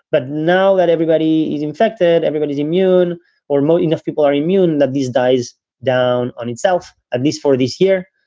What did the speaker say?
but now that everybody is infected, everybody's immune or not enough people are immune, that these dies down on itself, at least for this year,